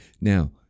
now